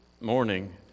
Morning